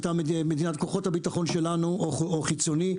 מטעם כוחות הביטחון שלנו או חיצוני,